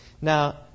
Now